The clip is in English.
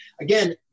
again